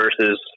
versus